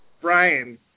Brian